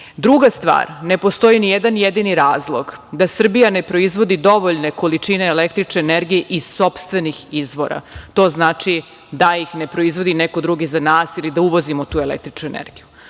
itd. Druga stvar – ne postoji nijedan jedini razlog da Srbija ne proizvodi dovoljne količine električne energije iz sopstvenih izvora. To znači da ih ne proizvodi neko drugi za nas ili da uvozimo tu električnu energiju. Treća